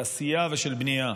של עשייה ושל בנייה.